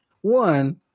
one